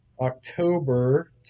October